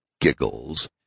Giggles